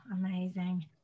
Amazing